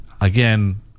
again